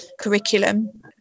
curriculum